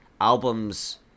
albums